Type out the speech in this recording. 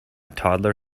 toddler